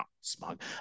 smug